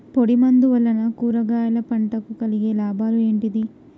పొడిమందు వలన కూరగాయల పంటకు కలిగే లాభాలు ఏంటిది?